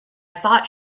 thought